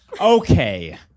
Okay